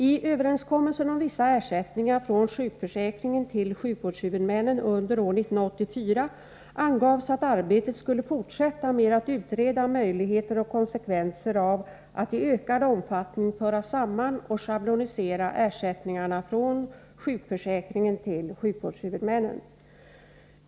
I överenskommelsen om vissa ersättningar från sjukförsäkringen till sjukvårdshuvudmännen under år 1984 angavs att arbetet skulle fortsätta med att utreda möjligheter och konsekvenser av att i ökad omfattning föra samman och schablonisera ersättningarna från sjukförsäkringen till sjukvårdshuvudmännen.